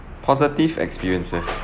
positive experiences